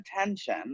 attention